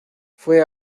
fue